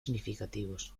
significativos